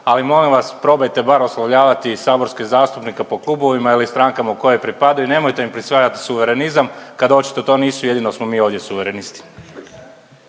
ali molim vas probajte bar oslovljavati saborske zastupnike po klubovima ili strankama u kojoj pripadaju, nemojte im prisvajati suverenizam kad očito to nisu, jedino smo mi ovdje suverenisti.